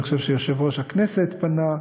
אני חושב שיושב-ראש הכנסת פנה,